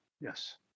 Yes